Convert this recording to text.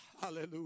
hallelujah